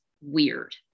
weird